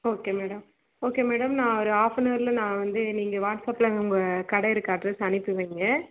okay madam okay madam நான் ஒரு ஆஃபனவரில் நான் வந்து நீங்கள் வாட்ஸப்பில் உங்கள் கடை இருக்கிற அட்ரெஸ் அனுப்பி வையுங்க